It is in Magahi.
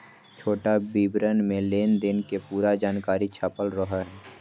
छोटा विवरण मे लेनदेन के पूरा जानकारी छपल रहो हय